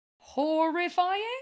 horrifying